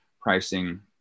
pricing